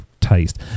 taste